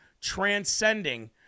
transcending